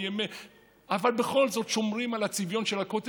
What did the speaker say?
אבל בכל זאת שומרים על הצביון של הכותל,